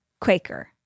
Quaker